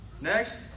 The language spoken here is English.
Next